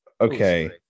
Okay